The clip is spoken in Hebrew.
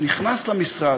הוא נכנס למשרד,